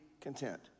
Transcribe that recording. content